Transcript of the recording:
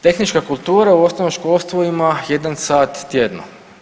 Tehnička kultura u osnovnom školstvu ima jedan sat tjedno.